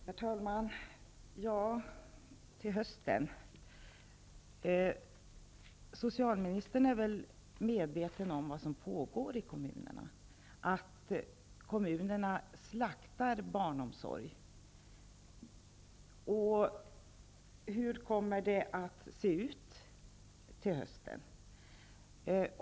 Herr talman! Regeringen återkommer till hösten, säger socialministern. Men socialministern är väl medveten om vad som pågår i kommunerna, att kommunerna slaktar barnomsorg? Hur kommer det att se ut till hösten?